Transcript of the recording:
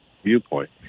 viewpoint